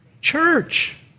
Church